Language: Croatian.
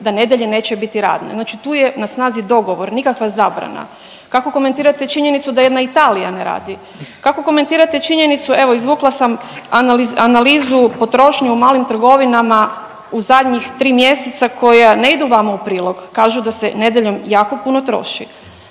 da nedjelje neće biti radne. Znači tu je na snazi dogovor, nikakva zabrana. Kako komentirate činjenicu da jedna Italija ne radi. Kako komentirate činjenicu evo izvukla sam analizu potrošnje u malim trgovinama u zadnjih tri mjeseca koja ne idu vama u prilog. Kažu da se nedjeljom jako puno troši.